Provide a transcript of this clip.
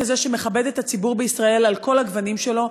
כזה שמכבד את הציבור בישראל על כל הגוונים שלו.